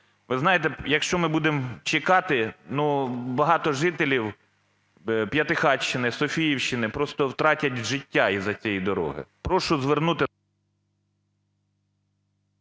Ви знаєте, якщо ми будемо чекати, ну, багато жителівП'ятихатщини, Софіївщини просто втратять життя із-за цієї дороги.